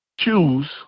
choose